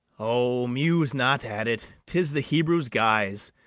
o, muse not at it tis the hebrews guise,